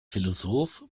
philosoph